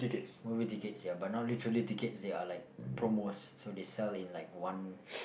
movie tickets ya but now literal tickets they are like promos so they sell in one